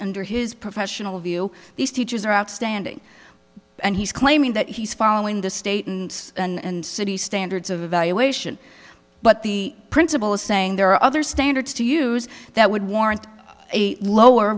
or his professional view these teachers are outstanding and he's claiming that he's following the state and city standards of evaluation but the principal is saying there are other standards to use that would warrant a lower